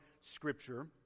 scripture